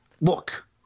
Look